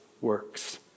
works